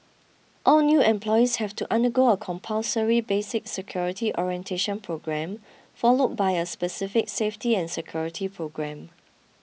all new employees have to undergo a compulsory basic security orientation programme follow by a specific safety and security programme